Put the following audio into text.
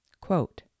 Quote